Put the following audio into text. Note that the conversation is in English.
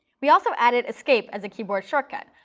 we also added escape as a keyboard shortcut,